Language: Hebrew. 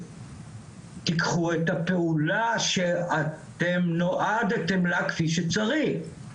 תיקחו את הפעולה שאתם נועדתם לה כפי שצריך,